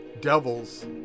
devils